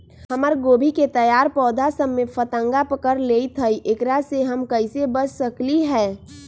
हमर गोभी के तैयार पौधा सब में फतंगा पकड़ लेई थई एकरा से हम कईसे बच सकली है?